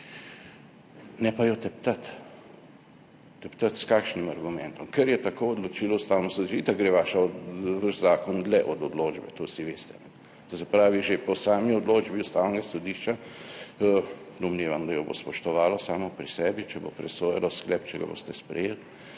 Ne pa jo teptati, teptati s kakšnim argumentom, ker je tako odločilo Ustavno sodišče, da gre vaša, vaš zakon dlje od odločbe, to vsi veste. To se pravi, že po sami odločbi Ustavnega sodišča, domnevam, da jo bo spoštovalo samo pri sebi, če bo presojalo sklep, če ga boste sprejeli,